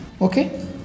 okay